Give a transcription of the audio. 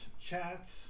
chats